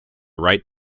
right